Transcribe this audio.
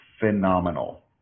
phenomenal